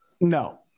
No